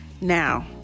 Now